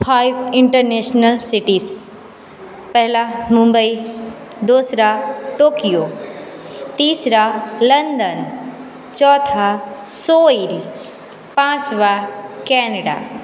five international cities पहला मुम्बई दूसरा Tokyo तीसरा लंदन चौथा सोइल पाँचवा केनेडा